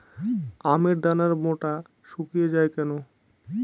আমের দানার বোঁটা শুকিয়ে য়ায় কেন?